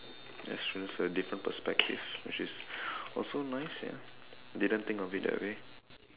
that's true that's true a different perspective which is also nice ya didn't think of it that way